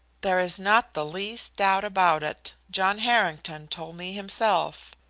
there is not the least doubt about it. john harrington told me himself.